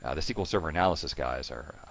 ah the sql server analysis guys are,